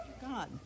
God